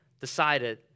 decided